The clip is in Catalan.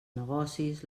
negocis